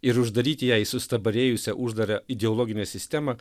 ir uždaryti ją į sustabarėjusią uždarą ideologinę sistemą